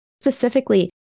Specifically